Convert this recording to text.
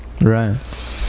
Right